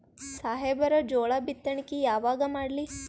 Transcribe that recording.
ಸಾಹೇಬರ ಜೋಳ ಬಿತ್ತಣಿಕಿ ಯಾವಾಗ ಮಾಡ್ಲಿ?